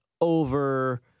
over